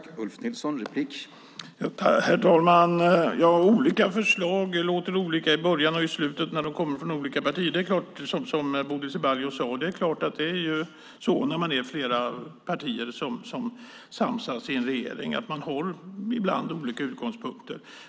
Herr talman! Bodil Ceballos sade att olika förslag låter olika i början och i slutet när de kommer från olika partier. Det är ju så när det är flera partier som samsas i en regering. Man har ibland olika utgångspunkter.